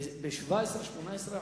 ב-17%, 18%,